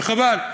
וחבל,